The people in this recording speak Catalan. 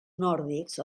nòrdics